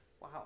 Wow